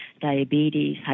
diabetes